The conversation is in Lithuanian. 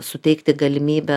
suteikti galimybę